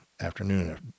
afternoon